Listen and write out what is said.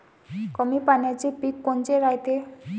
कमी पाण्याचे पीक कोनचे रायते?